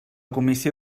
comissió